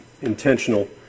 intentional